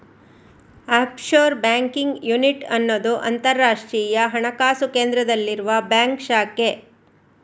offshore banking unit ಅನ್ನುದು ಅಂತರಾಷ್ಟ್ರೀಯ ಹಣಕಾಸು ಕೇಂದ್ರದಲ್ಲಿರುವ ಬ್ಯಾಂಕ್ ಶಾಖೆ